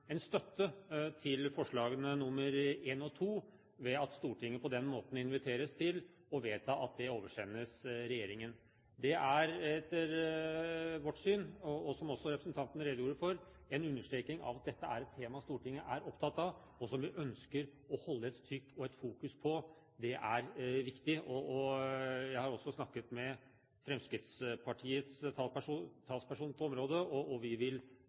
en støtte til forslagene nr. 1 og 2, ved at Stortinget på den måten inviteres til å vedta at det oversendes regjeringen. Etter vårt syn, er det – som også representanten redegjorde for – en understreking av at dette er et tema Stortinget er opptatt av, og som vi ønsker å holde et trykk på og ha fokus på. Det er viktig. Jeg har også snakket med Fremskrittspartiets talsperson på området, og vi vil